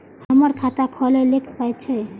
हमर खाता खौलैक पाय छै